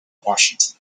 washington